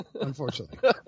unfortunately